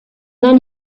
then